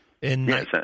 Yes